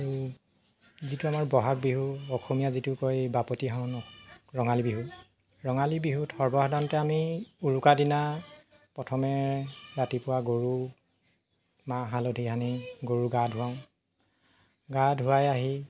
যিটো আমাৰ বহাগ বিহু অসমীয়া যিটো কয় বাপুতি সাহোন ৰঙালী বিহু ৰঙালী বিহুত সৰ্বসাধাৰণতে আমি উৰুকা দিনা প্ৰথমে ৰাতিপুৱা গৰু মাহ হালধি সানি গৰু গা ধোৱাওঁ গা ধোৱাই আহি